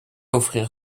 offrir